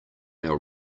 our